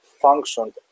functioned